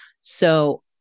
So-